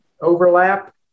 overlap